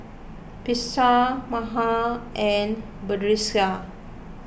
Batrisya Mawar and Batrisya